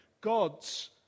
God's